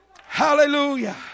Hallelujah